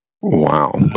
Wow